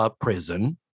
prison